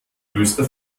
größter